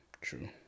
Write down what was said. True